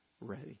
ready